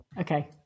okay